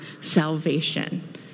salvation